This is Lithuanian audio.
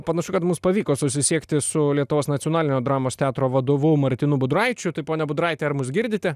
panašu kad mums pavyko susisiekti su lietuvos nacionalinio dramos teatro vadovu martynu budraičiu tai pone budraiti ar mus girdite